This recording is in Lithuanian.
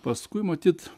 paskui matyt